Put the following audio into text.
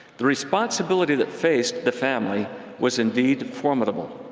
the responsibility that faced the family was indeed, formidable.